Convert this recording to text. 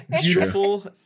beautiful